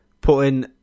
putting